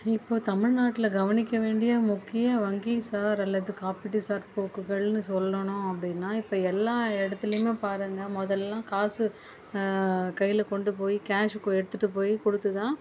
இப்போ தமிழ்நாட்டில கவனிக்க வேண்டிய முக்கிய வங்கிசார் அல்லது காப்பீட்டுசார் போக்குகள்ன்னு சொல்லணும் அப்படின்னா இப்போ எல்லா இடத்துலயுமே பாருங்கள் முதலலாம் காசு கையில கொண்டு போய் கேஷ் எடுத்துகிட்டு போய் கொடுத்துதான்